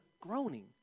groaning